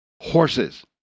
Horses